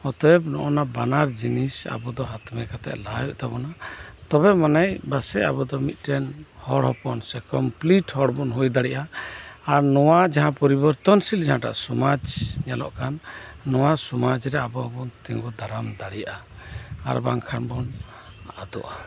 ᱚᱛᱚᱭᱮᱵ ᱱᱚᱜᱚᱭ ᱱᱟ ᱵᱟᱱᱟᱨ ᱡᱤᱱᱤᱥ ᱟᱵᱩ ᱫᱚ ᱦᱟᱛᱢᱮ ᱠᱟᱛᱮᱜ ᱞᱟᱦᱟᱜ ᱦᱩᱭᱩᱜ ᱛᱟᱵᱩᱱᱟ ᱛᱚᱵᱮ ᱢᱟᱱᱮ ᱵᱟᱥᱮᱜ ᱟᱵᱩᱫᱚ ᱢᱤᱫᱴᱮᱱ ᱦᱚᱲ ᱦᱚᱯᱚᱱ ᱠᱚᱢᱯᱞᱤᱴ ᱦᱚᱲᱵᱩ ᱦᱩᱭᱫᱟᱲᱮᱭᱟᱜᱼᱟ ᱟᱨ ᱱᱚᱣᱟ ᱡᱟᱦᱟᱸ ᱯᱚᱨᱤᱵᱚᱨᱛᱚᱱ ᱡᱟᱦᱟᱸ ᱴᱟᱜ ᱥᱚᱢᱟᱡᱽ ᱧᱮᱞᱚᱜ ᱠᱟᱱ ᱱᱚᱣᱟ ᱥᱚᱢᱟᱡᱽ ᱨᱮ ᱟᱵᱩ ᱦᱚᱵᱩᱱ ᱛᱤᱜᱩᱸ ᱫᱟᱨᱟᱢ ᱫᱟᱲᱮᱭᱟᱜᱼᱟ ᱟᱨ ᱵᱟᱝᱠᱷᱟᱱ ᱵᱩᱱ ᱟᱫᱚᱜᱼᱟ